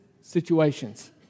situations